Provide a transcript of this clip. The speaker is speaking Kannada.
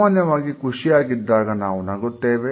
ಸಾಮಾನ್ಯವಾಗಿ ಖುಷಿಯಾಗಿದ್ದಾಗ ನಾವು ನಗುತ್ತೇವೆ